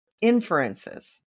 inferences